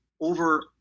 over